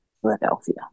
Philadelphia